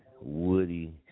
Woody